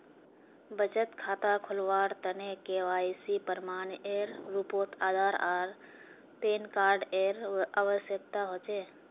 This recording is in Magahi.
बचत खता खोलावार तने के.वाइ.सी प्रमाण एर रूपोत आधार आर पैन कार्ड एर आवश्यकता होचे